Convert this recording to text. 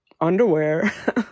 underwear